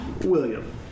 William